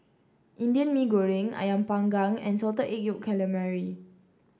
Indian Mee Goreng ayam Panggang and Salted Egg Yolk Calamari